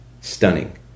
stunning